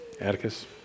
Atticus